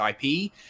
ip